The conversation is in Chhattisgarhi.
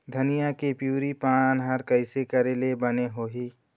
धनिया के पिवरी पान हर कइसे करेले बने होही?